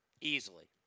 easily